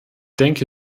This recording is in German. denke